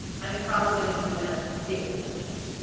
i'm probably gonna do them daily budgets.